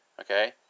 okay